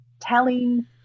telling